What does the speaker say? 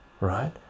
right